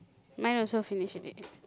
mine also finish already